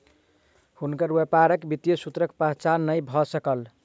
हुनकर व्यापारक वित्तीय सूत्रक पहचान नै भ सकल